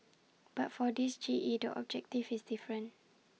but for this G E the objective is different